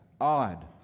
odd